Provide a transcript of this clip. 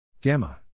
gamma